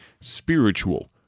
spiritual